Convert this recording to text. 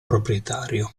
proprietario